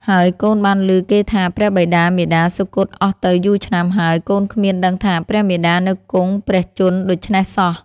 ហើយកូនបានឮគេថា ព្រះបិតាមាតាសុគតអស់ទៅយូរឆ្នាំហើយ កូនគ្មានដឹងថា ព្រះមាតានៅគង់ព្រះជន្មដូច្នេះសោះ " ។